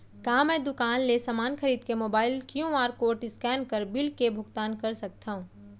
का मैं दुकान ले समान खरीद के मोबाइल क्यू.आर कोड स्कैन कर बिल के भुगतान कर सकथव?